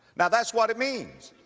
now that's what it means.